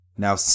Now